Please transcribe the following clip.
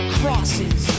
crosses